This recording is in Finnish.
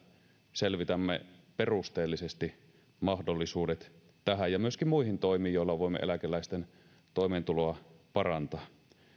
selvitämme perusteellisesti mahdollisuudet tähän ja myöskin muihin toimiin joilla voimme eläkeläisten toimeentuloa parantaa